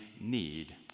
need